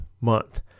month